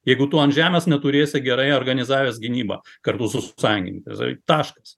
jeigu tu ant žemės neturėsi gerai organizavęs gynybą kartu su sąjungininkais taškas